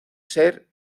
ser